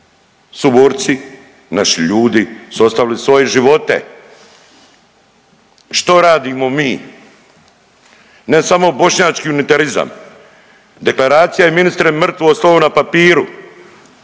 suborci i ljudi su ostavili svoje živote. Što radimo mi? Ne samo bošnjački unitarizam deklaracija je ministre mrtvo slovo na papiru,